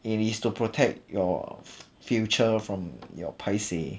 it is to protect your future from your paiseh